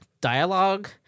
dialogue